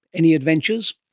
any adventures?